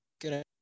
Good